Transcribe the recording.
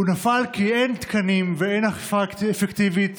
הוא נפל כי אין תקנים ואין אכיפה אפקטיבית,